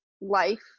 life